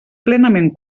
plenament